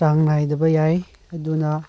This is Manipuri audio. ꯆꯥꯡ ꯅꯥꯏꯗꯕ ꯌꯥꯏ ꯑꯗꯨꯅ